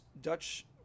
Dutch